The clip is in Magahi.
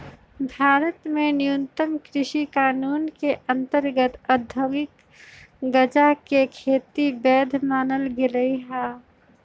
भारत में नवीनतम कृषि कानून के अंतर्गत औद्योगिक गजाके खेती के वैध मानल गेलइ ह